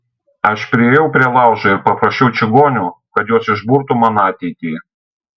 aš priėjau prie laužo ir paprašiau čigonių kad jos išburtų man ateitį